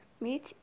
meet